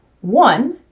One